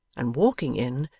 and walking in,